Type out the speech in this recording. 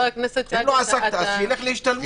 אם לא עסק שילך להשתלמות.